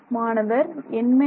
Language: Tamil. மாணவர் n 12